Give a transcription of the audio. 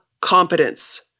competence